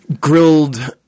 grilled